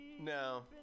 No